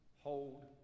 hold